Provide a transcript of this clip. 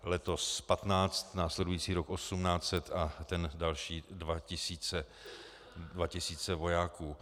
Letos patnáct, následující rok osmnáct set a ten další dva tisíce vojáků.